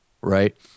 Right